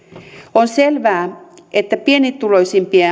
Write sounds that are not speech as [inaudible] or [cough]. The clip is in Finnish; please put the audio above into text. on selvää että pienituloisimpia [unintelligible]